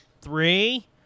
Three